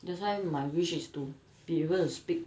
that's why my wish is to be able to speak